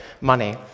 money